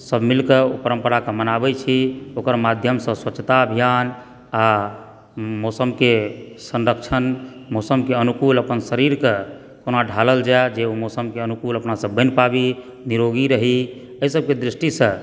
सब मिलकऽ ओ परम्पराकेँ अपनाबै छी ओकर माध्यमसँ स्वक्षता अभियान आ मौसमके संरक्षण संरक्षणके अनुकूल अपन शरीरके कोना ढालल जाय जे मौसमकेँ अनुकूल अपना सब बनि पाबी निरोगी रहि एहि सबके दृष्टिसँ